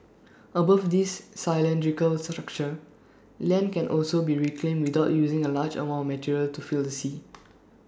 above this cylindrical structure land can also be reclaimed without using A large amount material to fill the sea